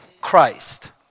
Christ